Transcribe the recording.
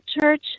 church